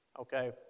Okay